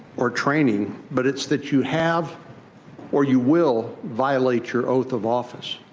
or training, but it's that you have or you will violate your oath of office.